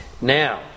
Now